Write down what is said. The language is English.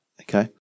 okay